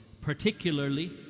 particularly